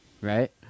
right